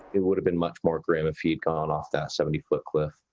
it would have been much more grim if he gone off the seventy foot cliff.